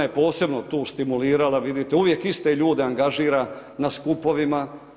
Ona je posebno tu stimulirala vidite, uvijek iste ljude angažira na skupovima.